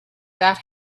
that